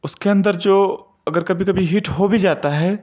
اس کے اندر جو اگر کبھی کبھی ہیٹ ہو بھی جاتا ہے